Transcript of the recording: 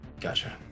Gotcha